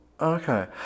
Okay